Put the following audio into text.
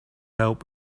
help